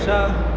shah